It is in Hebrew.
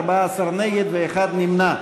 14 נגד ואחד נמנע.